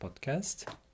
podcast